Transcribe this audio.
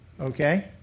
Okay